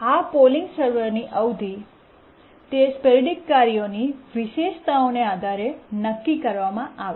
આ પોલિંગ સર્વરની અવધિ તે સ્પોરૈડિક કાર્યોની વિશેષતાઓને આધારે નક્કી કરવામાં આવે છે